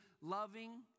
loving